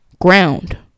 ground